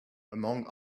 among